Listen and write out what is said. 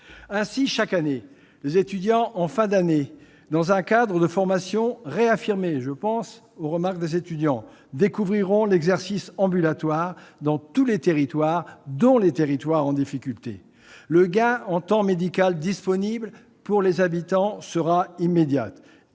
Ainsi, chaque année, les étudiants en fin d'études, dans un cadre de formation réaffirmée-je pense aux remarques formulées par ces derniers -découvriront l'exercice ambulatoire dans tous les territoires, y compris dans les territoires en difficultés. Le gain en temps médical disponible pour les habitants sera immédiat.